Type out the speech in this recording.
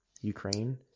Ukraine